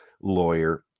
lawyer